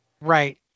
right